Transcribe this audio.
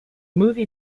movie